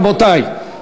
רבותי,